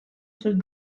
sus